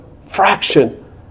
fraction